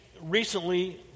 recently